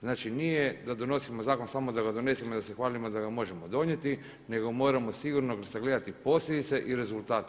Znači nije da donosimo zakon samo da ga donesemo i da se hvalimo da ga možemo donijeti nego moramo sigurno sagledati posljedice i rezultate.